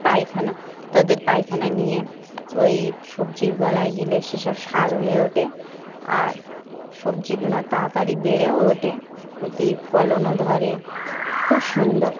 পায়খানা তাদের পায়খানা নিয়ে ওই সবজির গোড়ায় দিলে সেসব সার হয়ে ওঠে আর সবজিগুলো তাড়াতাড়ি বেড়েও ওঠে ওতে ফলনও ধরে খুব সুন্দর